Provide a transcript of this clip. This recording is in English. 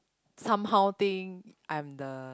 somehow think I'm the